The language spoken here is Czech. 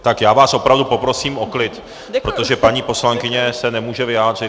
Tak já vás opravdu poprosím o klid, protože paní poslankyně se nemůže vyjádřit.